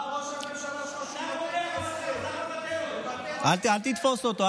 אתה מודה שההסכם, ראש הממשלה, אל תתפוס אותו.